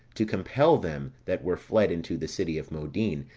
to compel them that were fled into the city of modin,